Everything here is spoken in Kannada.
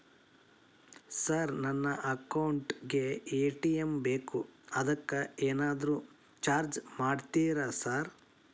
ಸರ್ ನನ್ನ ಅಕೌಂಟ್ ಗೇ ಎ.ಟಿ.ಎಂ ಬೇಕು ಅದಕ್ಕ ಏನಾದ್ರು ಚಾರ್ಜ್ ಮಾಡ್ತೇರಾ ಸರ್?